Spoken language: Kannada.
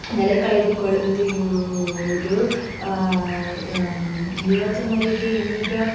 ನೆಲೆಕಳೆದುಕೊಳ್ಳುತ್ತಿರುವುದು ಯುವಜನರಿಗೆ ಈಗ